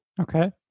Okay